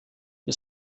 wir